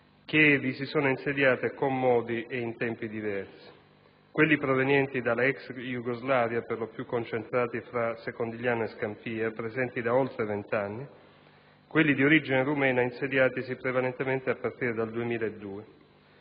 che vi si sono insediate con modi e in tempi diversi: quelli provenienti dalla ex Jugoslavia (per lo più concentrati fra Secondigliano e Scampia), presenti da oltre vent'anni, e quelli di origine rumena, insediatisi prevalentemente a partire dal 2002.